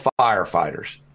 firefighters